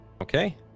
Okay